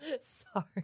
Sorry